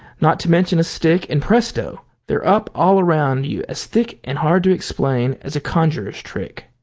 not to mention a stick, and presto, they're up all around you as thick and hard to explain as a conjuror's trick.